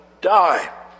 die